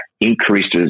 increases